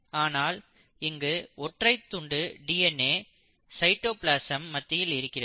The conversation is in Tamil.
ஆனால் இங்கு ஒற்றை துண்டு டிஎன்ஏ சைட்டோபிளாசம் மத்தியில் இருக்கிறது